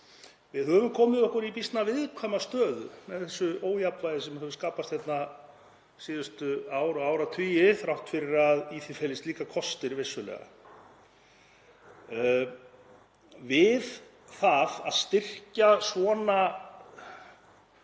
Við höfum komið okkur í býsna viðkvæma stöðu með þessu ójafnvægi sem hefur skapast hérna síðustu ár og áratugi þrátt fyrir að í því felist líka kostir, vissulega. Við það að styrkja svona